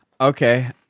Okay